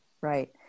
Right